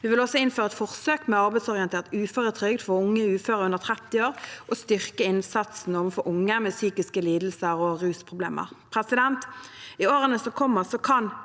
Vi vil også innføre et forsøk med arbeidsorientert uføretrygd for unge uføre under 30 år og styrke innsatsen overfor unge med psykiske lidelser og rusproblemer. I årene som kommer, kan